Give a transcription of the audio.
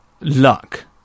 luck